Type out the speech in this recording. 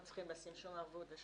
לא צריכים לשים שום ערבות.